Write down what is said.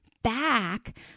back